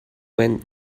when